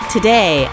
Today